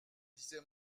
disait